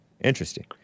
Interesting